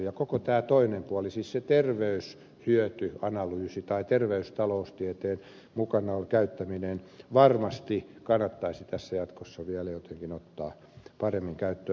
ja koko tämä toinen puoli siis se terveyshyötyanalyysi tai terveystaloustiede varmasti kannattaisi tässä jatkossa vielä jotenkin ottaa paremmin käyttöön